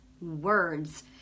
Words